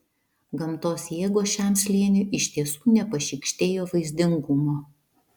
gamtos jėgos šiam slėniui iš tiesų nepašykštėjo vaizdingumo